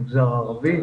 המגזר הערבי,